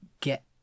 get